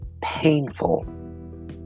painful